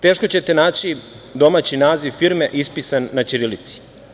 Teško ćete naći domaći naziv firme ispisan na ćirilici.